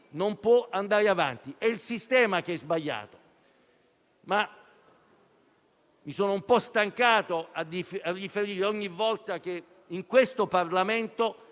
non si può andare avanti. È il sistema che è sbagliato. Mi sono poi un po' stancato di riferire ogni volta che in questa Camera